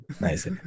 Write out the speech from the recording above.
Nice